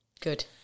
Good